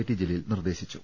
T Jaleel നിർദ്ദേശിച്ചു